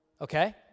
Okay